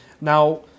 Now